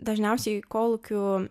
dažniausiai į kolūkių